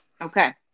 Okay